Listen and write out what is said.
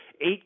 eight